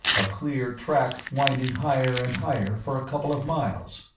a clear track winding higher and higher for a couple of miles.